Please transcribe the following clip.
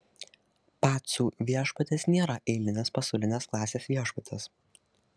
pacų viešbutis nėra eilinis pasaulinės klasės viešbutis